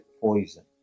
poison